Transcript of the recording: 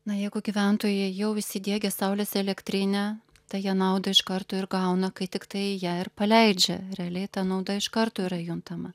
na jeigu gyventojai jau įsidiegė saulės elektrinę tai jie naudą iš karto ir gauna kai tiktai ją ir paleidžia realiai ta nauda iš karto yra juntama